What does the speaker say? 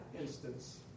instance